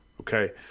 okay